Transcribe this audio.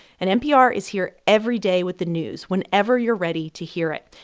and npr is here every day with the news, whenever you're ready to hear it.